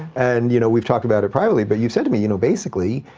and you know we've talked about it privately, but you said to me, you know basically,